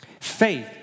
faith